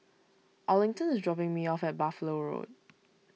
Arlington is dropping me off at Buffalo Road